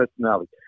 personality